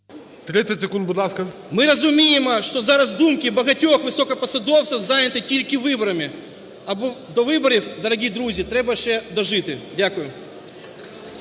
30 секунд, будь ласка. СЕМЕНЧЕНКО С.І. Ми розуміємо, що зараз думки багатьох високопосадовців зайняті тільки виборами, але до виборів, дорогі друзі, треба ще дожити. Дякую.